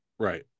right